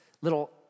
little